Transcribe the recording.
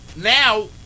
now